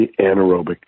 anaerobic